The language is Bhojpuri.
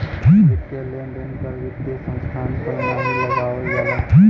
वित्तीय लेन देन कर वित्तीय संस्थान पर नाहीं लगावल जाला